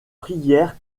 prière